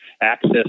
access